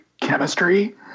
chemistry